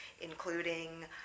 including